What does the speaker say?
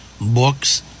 books